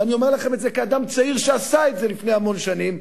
ואני אומר לכם את זה כאדם צעיר שעשה את זה לפני המון שנים.